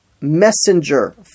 messenger